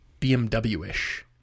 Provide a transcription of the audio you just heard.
BMW-ish